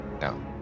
No